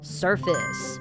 surface